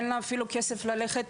אין לה אפילו כסף ללכת,